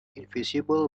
invisible